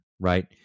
Right